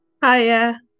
Hiya